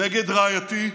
נגד רעייתי.